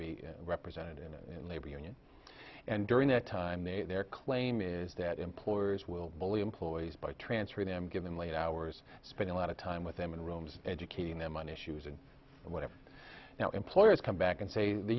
be represented in a labor union and during that time their claim is that employers will bully employees by transferring them give them late hours spend a lot of time with them in rooms educating them on issues and whatever now employers come back and say the